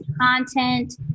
content